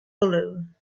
balloon